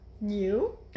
new